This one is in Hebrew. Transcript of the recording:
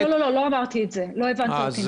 לא, לא אמרתי את זה, לא הבנת אותי נכון.